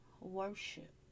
worship